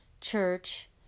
church